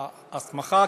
ההסמכה,